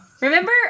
Remember